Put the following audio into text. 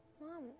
Mom